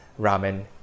ramen